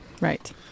Right